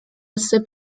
sip